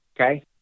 okay